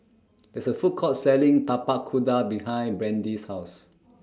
There IS A Food Court Selling Tapak Kuda behind Brandi's House